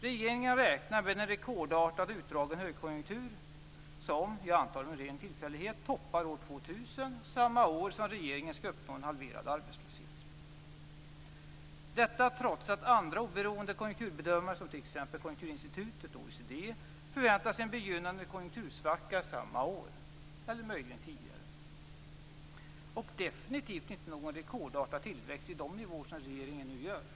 Regeringen räknar med en rekordartad och utdragen högkonjunktur som - av en ren tillfällighet, antar jag - toppar år 2000, dvs. samma år som regeringen skall uppnå en halverad arbetslöshet. Detta gör man trots att andra, oberoende konjunkturbedömare, som Konjunkturinstitutet och OECD, förväntar sig en begynnande konjunktursvacka samma år, eller möjligen tidigare, och definitivt inte någon rekordartad tillväxt i de nivåer som regeringen nu räknar med.